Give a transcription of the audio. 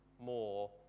more